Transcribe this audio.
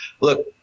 look –